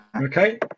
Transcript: Okay